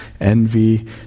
envy